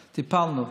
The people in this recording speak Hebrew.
טיפלנו,